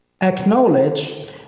acknowledge